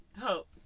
Hope